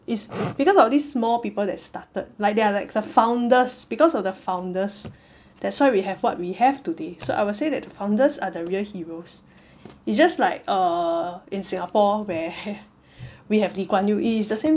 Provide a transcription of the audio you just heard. it's because of this small people that started like they are like founders because of the founders that's why we have what we have today so I will say that founders are the real heroes it's just like uh in singapore where we have lee kuan yew it's the same